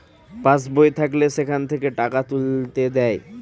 pass বই থাকলে সেখান থেকে টাকা তুলতে দেয়